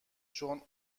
چون